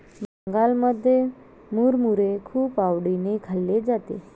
बंगालमध्ये मुरमुरे खूप आवडीने खाल्ले जाते